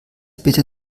bitte